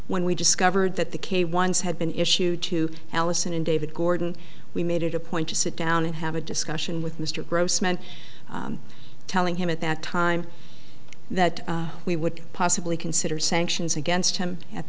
when we discovered that the k ones had been issued to allison and david gordon we made it a point to sit down and have a discussion with mr grossman telling him at that time that we would possibly consider sanctions against him at